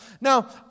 Now